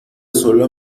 sola